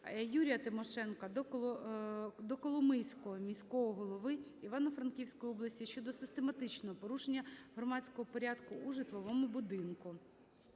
Юрія Тимошенка до Коломийського міського голови Івано-Франківської області щодо систематичного порушення громадського порядку у житловому будинку.